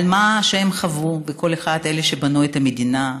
על מה שהם חוו, אלה שבנו את המדינה,